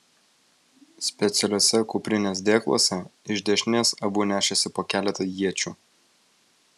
specialiuose kuprinės dėkluose iš dešinės abu nešėsi po keletą iečių